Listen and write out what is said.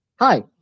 Hi